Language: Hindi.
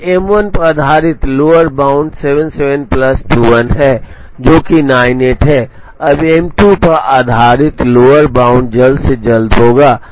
तो M1 पर आधारित लोअर बाउंड 77 प्लस 21 है जो कि 98 है अब M2 पर आधारित लोअर बाउंड जल्द से जल्द होगा